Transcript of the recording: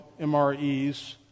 MREs